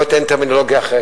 לא אתן טרמינולוגיה אחרת,